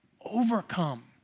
overcome